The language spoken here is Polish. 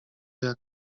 jak